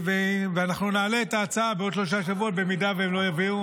ואנחנו נעלה את ההצעה בעוד שלושה שבועות במידה שהם לא יביאו.